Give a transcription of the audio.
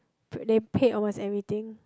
they paid almost everything